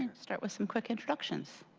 and start with some quick introductions.